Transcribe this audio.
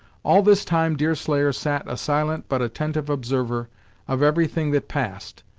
all this time deerslayer sat a silent but attentive observer of every thing that passed.